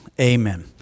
amen